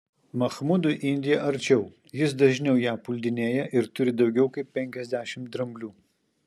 mahmudui indija arčiau jis dažniau ją puldinėja ir turi daugiau kaip penkiasdešimt dramblių